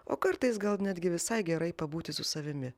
o kartais gal netgi visai gerai pabūti su savimi